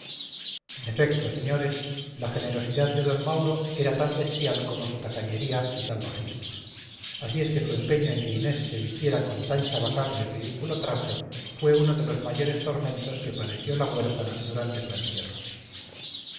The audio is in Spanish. en efecto señores la generosidad de d mauro era tan bestial como su tacañería y salvajismo así es que su empeño en que inés se vistiera con tan chabacano y ridículo traje fue uno de los mayores tormentos que padeció la huérfana durante su encierro